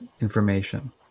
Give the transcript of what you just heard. information